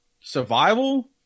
Survival